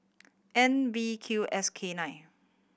N V Q S K nine